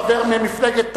חבר ממפלגת תע"ל,